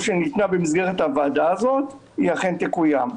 שניתנה במסגרת הוועדה הזאת אכן תקוים.